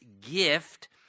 gift